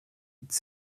its